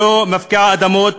לא מפקיעה אדמות